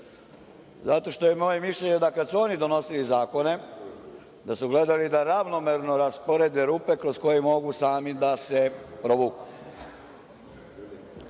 Zato što je moje mišljenje da kada su oni donosili zakone, da su gledali da ravnomerno rasporede rupe kroz koje mogu sami da se provuku. Zakoni